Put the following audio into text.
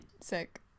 Sick